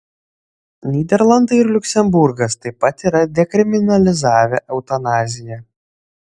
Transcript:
nyderlandai ir liuksemburgas taip pat yra dekriminalizavę eutanaziją